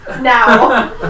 Now